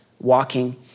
Walking